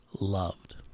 loved